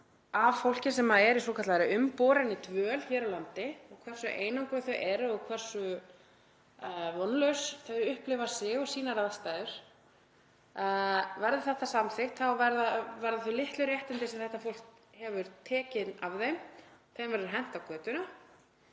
í svokallaðri umborinni dvöl hér á landi og hversu einangruð þau eru og hversu vonlaus þau upplifa sig og sínar aðstæður. Verði þetta samþykkt verða þau litlu réttindi sem þetta fólk hefur tekin af því. Því verður hent út á götuna